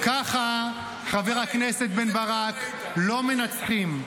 ככה, חבר הכנסת בן ברק, לא מנצחים.